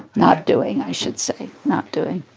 not doing, i should say, not doing